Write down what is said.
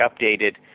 updated